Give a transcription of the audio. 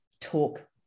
talk